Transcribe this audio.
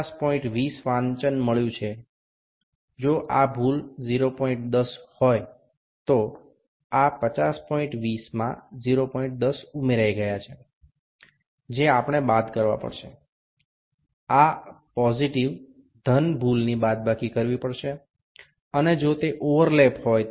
সুতরাং আমরা যা পাঠই পাই না কেন ধরুন আমি যদি ৫০২০ পাই আর যদি ত্রুটিটি ০১০ হয় অর্থাৎ এটি ৫০২০ আর এই ০১০টি এর সাথে যুক্ত হয়ে আছে তখন আপনাকে বিয়োগ করে নিতে হবে